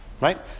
Right